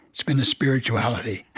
it's been a spirituality.